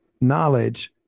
knowledge